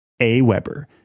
AWeber